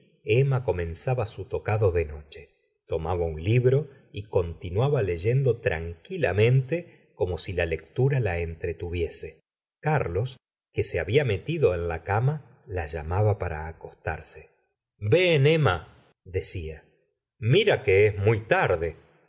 emma comenzaba su tocado de noche tomaba un libro y continuaba leyendo tranquilamente como si la lectura la entretuviese carlos que se había metido en la cama la llamaba para acostarse ven emma decia mira que es muy tarde